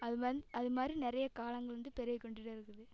அதுமாதிரி அதுமாதிரி நிறைய காலங்கள் வந்து பெருகிக்கொண்டு இருக்குது